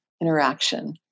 interaction